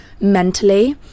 mentally